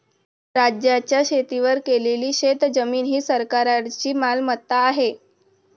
राज्याच्या शेतीवर केलेली शेतजमीन ही सरकारची मालमत्ता आहे